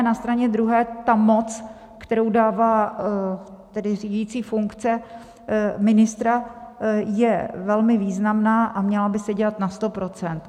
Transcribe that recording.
Na straně druhé ta moc, kterou dává řídící funkce ministra, je velmi významná a měla by se dělat na sto procent.